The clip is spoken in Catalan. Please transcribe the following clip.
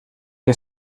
que